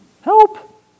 Help